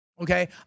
Okay